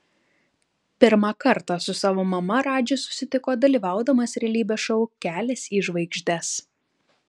pirmą kartą su savo mama radžis susitiko dalyvaudamas realybės šou kelias į žvaigždes